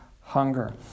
hunger